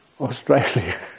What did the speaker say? Australia